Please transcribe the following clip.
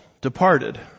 Departed